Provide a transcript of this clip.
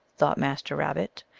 thought master rabbit,